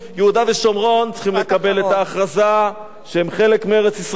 יהודה ושומרון צריכים לקבל את ההכרזה שהם חלק מארץ-ישראל.